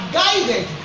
guided